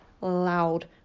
loud